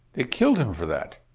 they killed him for that.